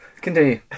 Continue